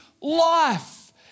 life